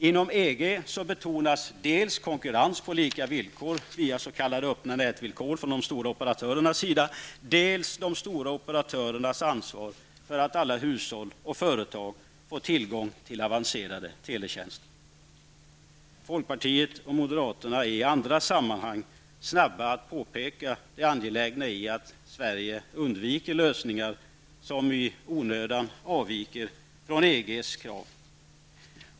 Inom öppna nätvillkor från de stora operatörernas sida, dels de stora operatörernas ansvar för att alla hushåll och företag får tillgång till avancerade teletjänster. Folkpartiet och moderaterna är i andra sammanhang snabba att påpeka det angelägna i att Sverige undviker lösningar som i onödan avviker från EGs.